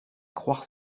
croire